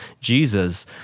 Jesus